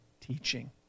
teaching